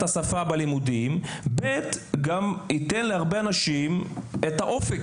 לימודי השפה וזה גם ייתן להרבה אנשים את האופק.